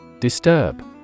Disturb